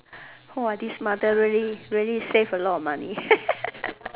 who this mother really really save a lot of money